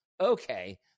Okay